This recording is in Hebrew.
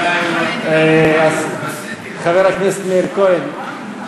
חבר הכנסת מאיר כהן,